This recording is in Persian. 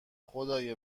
خدای